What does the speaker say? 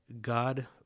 God